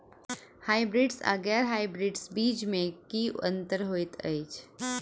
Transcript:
Hybrids आ गैर hybrids बीज म की अंतर होइ अछि?